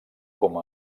com